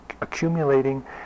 Accumulating